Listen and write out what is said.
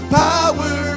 power